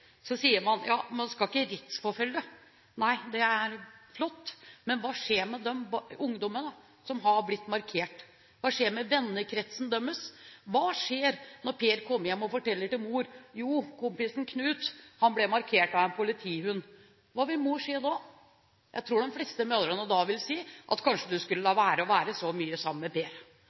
Hva skjer med vennekretsen deres? Hva skjer når Per kommer hjem og forteller til mor at kompisen Knut ble markert av en politihund? Hva vil mor si da? Jeg tror de fleste mødrene da vil si at man kanskje skal la være å være så mye sammen med